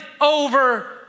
over